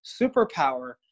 superpower